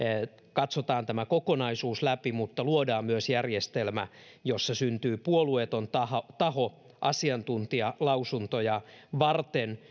katsotaan tämä kokonaisuus läpi mutta luodaan myös järjestelmä jossa syntyy puolueeton taho taho asiantuntijalausuntoja varten